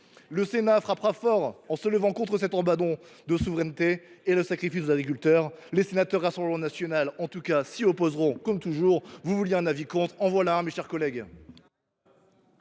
Le Sénat frappera fort en se levant contre cet abandon de souveraineté et ce sacrifice de nos agriculteurs. Les sénateurs du Rassemblement national, en tout cas, s’y opposeront, comme toujours. Vous vouliez un avis contre ? En voilà un, mes chers collègues.